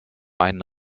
ein